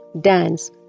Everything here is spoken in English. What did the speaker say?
dance